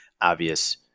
obvious